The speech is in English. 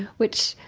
which,